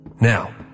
Now